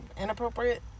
inappropriate